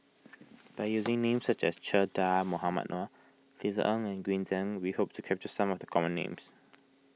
by using names such as Che Dah Mohamed Noor Ng and Green Zeng we hope to capture some of the common names